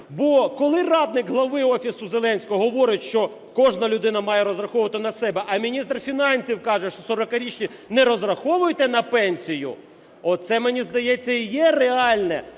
Бо коли радник глави Офісу Зеленського говорить, що кожна людина має розраховувати на себе, а міністр фінансів каже, що, 40-річні, не розраховуйте на пенсію, це мені здається і є реальне